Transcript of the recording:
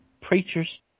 preachers